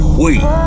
wait